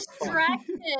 distracted